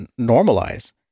normalize